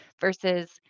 versus